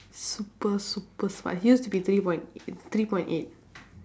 super super smart he used to be three point three point eight